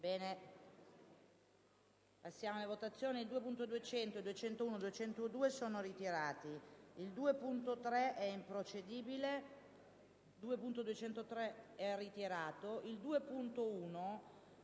Passiamo alla votazione